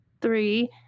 three